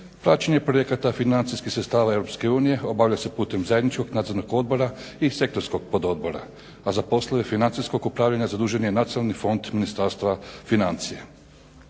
Praćenje projekata financijskih sredstava Europske unije obavlja se putem zajedničkog nadzornog odbora i sektorskog pododbora, a za poslove financijskog upravljanja zadužen je Nacionalni fond Ministarstva financija.